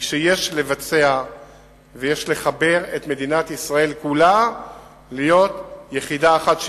היא שיש לבצע ויש לחבר את מדינת ישראל כולה ליחידה אחת,